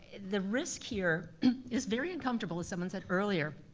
the risk here is very uncomfortable as someone said earlier.